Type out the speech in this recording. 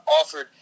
offered